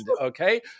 okay